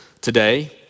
today